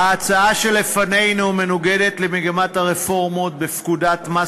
ההצעה שלפנינו מנוגדת למגמת הרפורמות בפקודת מס